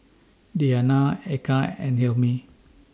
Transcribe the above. Diyana Eka and Hilmi